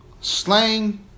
slang